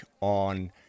on